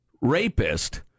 rapist